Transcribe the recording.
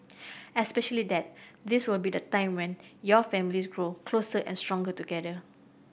especially that this will be the time when your families grow closer and stronger together